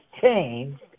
changed